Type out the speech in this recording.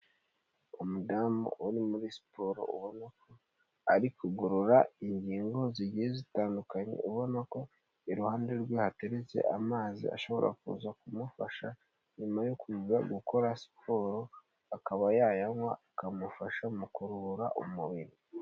Umudamu uri muri siporo ubona ko ari kugorora ingingo zigiye zitandukanye ubona ko iruhande rwe hateretse amazi ashobora kuza kumufasha nyuma yo kuva gukora siporo akaba yayanywa akamufasha mu kuruhura umubiri.